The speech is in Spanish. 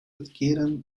adquirían